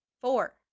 Four